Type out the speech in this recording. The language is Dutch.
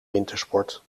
wintersport